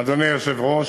אדוני היושב-ראש,